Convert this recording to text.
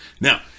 Now